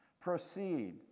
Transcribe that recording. proceed